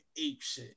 apeshit